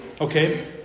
Okay